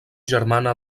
germana